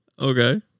Okay